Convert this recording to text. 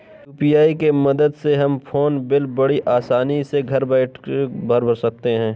UPI की मदद से हम फ़ोन बिल बड़ी आसानी से घर बैठे भर सकते हैं